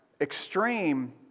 extreme